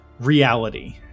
reality